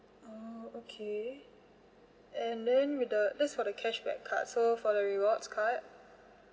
oh okay and then with the this for the cashback card so for the rewards card